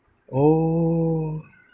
oh